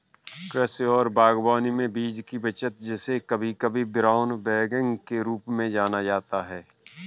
कृषि और बागवानी में बीज की बचत जिसे कभी कभी ब्राउन बैगिंग के रूप में जाना जाता है